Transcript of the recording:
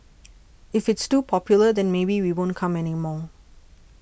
if it's too popular then maybe we won't come anymore